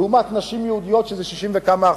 לעומת נשים יהודיות, שזה 60% וכמה.